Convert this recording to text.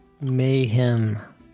mayhem